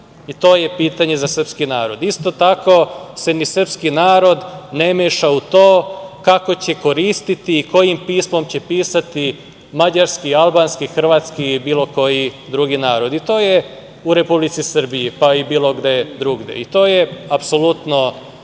i to je pitanje za srpski narod. Isto tako se ni srpski narod ne meša u to kako će koristiti i kojim pismom će pisati mađarski, albanski, hrvatski ili bilo koji drugi narod i to je u Republici Srbiji, pa i bilo gde drugde i to je apsolutno